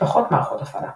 משפחות מערכות הפעלה